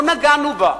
לא נגענו בה.